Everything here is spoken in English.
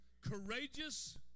courageous